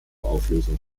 auflösung